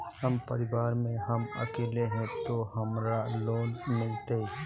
हम परिवार में हम अकेले है ते हमरा लोन मिलते?